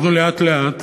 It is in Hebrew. אנחנו לאט-לאט,